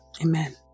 Amen